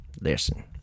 Listen